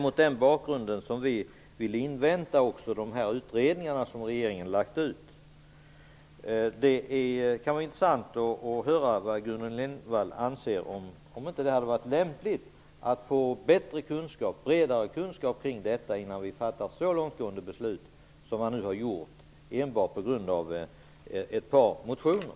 Mot den bakgrunden vill vi invänta de utredningsuppdrag som regeringen har lagt ut. Det kan vara intressant att höra om inte Gudrun Lindvall anser att det hade varit lämpligt att få en bredare kunskap om detta innan man fattar så långtgående beslut som nu skulle ske enbart på grundval av ett par motioner.